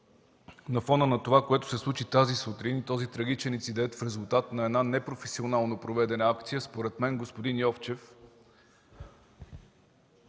на фона на това, което се случи тази сутрин, този трагичен инцидент в резултат на една непрофесионално проведена акция, според мен, господин Йовчев,